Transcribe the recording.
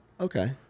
Okay